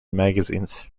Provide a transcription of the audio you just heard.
magazines